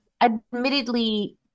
admittedly